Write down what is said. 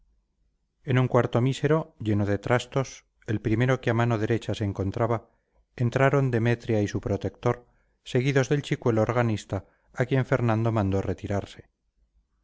en un cuarto mísero lleno de trastos el primero que a mano derecha se encontraba entraron demetria y su protector seguidos del chicuelo organista a quien fernando mandó retirarse